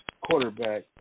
quarterback